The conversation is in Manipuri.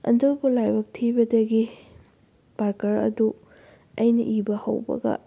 ꯑꯗꯨꯕꯨ ꯂꯥꯏꯕꯛ ꯊꯤꯕꯗꯒꯤ ꯄꯥꯔꯀꯔ ꯑꯗꯨ ꯑꯩꯅ ꯏꯕ ꯍꯧꯕꯒ